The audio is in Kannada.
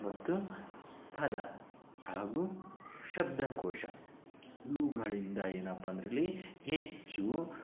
ಮತ್ತು ಪದ ಹಾಗೂ ಶಬ್ದಕೋಶ ಇವುಗಳಿಂದ ಏನಪ್ಪಾಂದರಲ್ಲಿ ಹೆಚ್ಚು